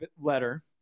letter